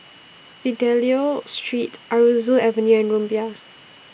Fidelio Street Aroozoo Avenue and Rumbia